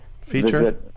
feature